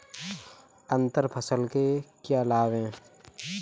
अंतर फसल के क्या लाभ हैं?